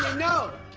no!